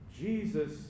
Jesus